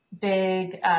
big